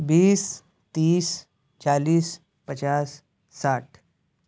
بیس تیس چالیس پچاس ساٹھ